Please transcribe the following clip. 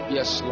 Yes